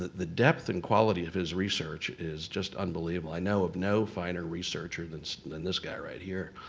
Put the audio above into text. the depth and quality of his research is just unbelievable. i know of no finer researcher than so than this guy right here.